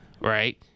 right